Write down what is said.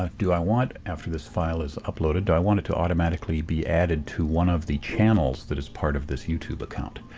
ah do i want, after this file is uploaded, do i want it to automatically be added to one of the channels that is part of this youtube account?